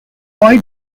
why